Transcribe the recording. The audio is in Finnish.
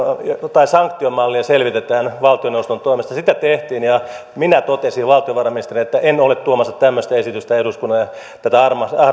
tai sanktion mallia selvitetään valtioneuvoston toimesta sitä tehtiin ja minä totesin valtiovarainministerinä että en ole tuomassa tämmöistä esitystä eduskunnalle tätä